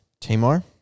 Tamar